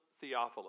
Theophilus